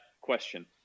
question